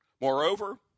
Moreover